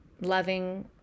loving